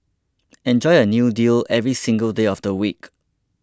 enjoy a new deal every single day of the week